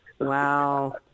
Wow